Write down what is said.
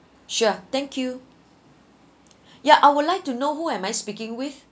sure thank you yeah I would like to know who am I speaking with